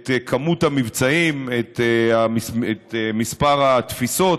את מספר המבצעים, את מספר התפיסות.